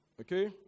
Okay